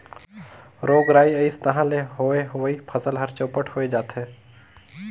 रोग राई अइस तहां ले होए हुवाए फसल हर चैपट होए जाथे